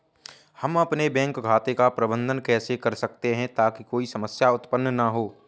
हम अपने बैंक खाते का प्रबंधन कैसे कर सकते हैं ताकि कोई समस्या उत्पन्न न हो?